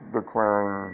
declaring